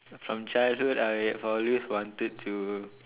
from childhood I always wanted to